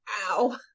Ow